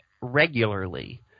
regularly